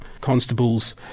constables